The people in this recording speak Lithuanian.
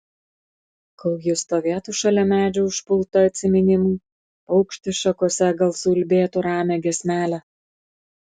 kol ji stovėtų šalia medžio užpulta atsiminimų paukštis šakose gal suulbėtų ramią giesmelę